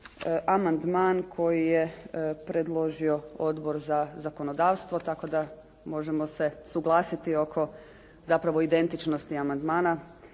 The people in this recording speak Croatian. amandman koji je predložio Odbor za zakonodavstvo tako da možemo se suglasiti oko zapravo identičnosti amandmana.